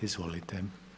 Izvolite.